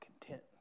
content